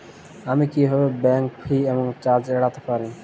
আমি কিভাবে bank fee এবং চার্জ এড়াতে পারি?